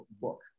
book